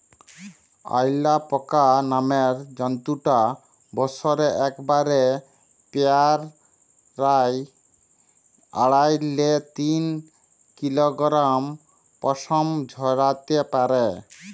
অয়ালাপাকা নামের জন্তুটা বসরে একবারে পেরায় আঢ়াই লে তিন কিলগরাম পসম ঝরাত্যে পারে